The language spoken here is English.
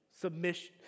submission